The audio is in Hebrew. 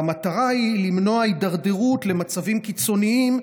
והמטרה היא למנוע הידרדרות למצבים קיצוניים